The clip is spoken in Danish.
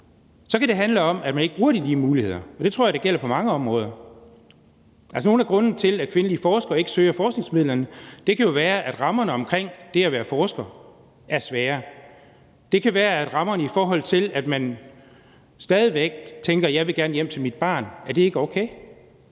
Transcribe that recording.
Så kan det handle om, at man ikke bruger de lige muligheder, og det tror jeg gælder på mange områder. Altså, nogle af grundene til, at kvindelige forskere ikke søger forskningsmidlerne, kan jo være, at rammerne omkring det at være forsker er svære. Det kan være rammerne, i forhold til at man tænker: Jeg vil gerne hjem til mit barn. Er det ikke okay?